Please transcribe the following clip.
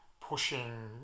pushing